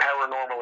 paranormal